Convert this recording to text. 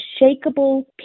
unshakable